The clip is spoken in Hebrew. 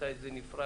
מתי זה נפרק,